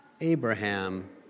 Abraham